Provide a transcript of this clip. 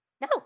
No